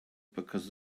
because